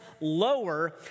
lower